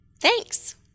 Thanks